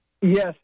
Yes